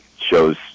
shows